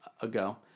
ago